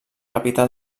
capità